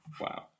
Wow